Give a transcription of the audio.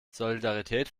solidarität